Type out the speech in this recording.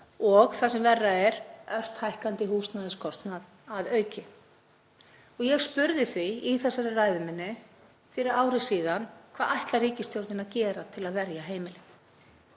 og, það sem verra er, ört hækkandi húsnæðiskostnað að auki. Ég spurði því í þessari ræðu minni fyrir ári: Hvað ætlar ríkisstjórnin að gera til að verja heimilin?